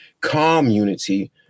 community